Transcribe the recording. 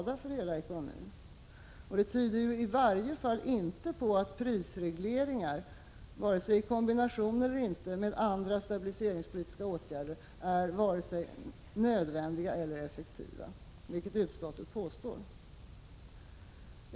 Det tyder i varje fall inte på att prisreglerande åtgärder i kombination med annan stabiliseringspolitik är ”både nödvändiga och effektiva” som utskottet påstår.